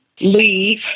leave